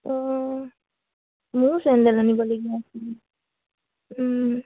অঁ মোৰ চেণ্ডেল আনিবলগীয়া আছিল